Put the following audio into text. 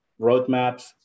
roadmaps